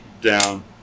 down